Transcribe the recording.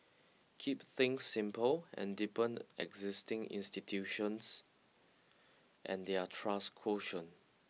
keep things simple and deepen existing institutions and their trust quotient